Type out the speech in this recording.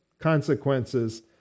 consequences